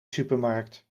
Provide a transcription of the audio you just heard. supermarkt